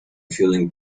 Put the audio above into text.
feeling